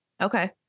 Okay